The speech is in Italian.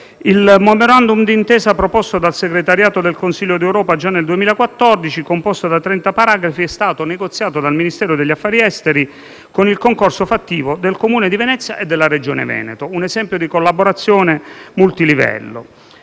Il Memorandum d'intesa proposto dal Segretariato del Consiglio d'Europa già nel 2014, composto da 30 paragrafi, è stato negoziato dal Ministero degli affari esteri con il concorso fattivo del Comune di Venezia e della Regione Veneto; un esempio di collaborazione multilivello.